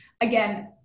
Again